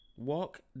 Walk